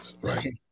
right